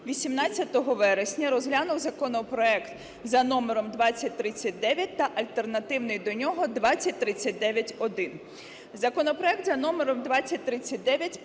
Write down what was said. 18 вересня розглянув законопроект за номером 2039 та альтернативний до нього 2039-1.